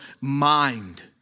mind